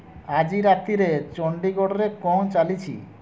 ଆଜି ରାତିରେ ଚଣ୍ଡୀଗଡ଼ରେ କ'ଣ ଚାଲିଛି